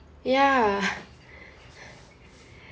ya